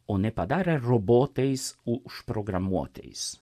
o nepadarė robotais užprogramuotais